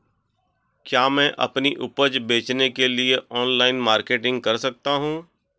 क्या मैं अपनी उपज बेचने के लिए ऑनलाइन मार्केटिंग कर सकता हूँ?